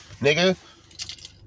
nigga